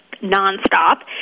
non-stop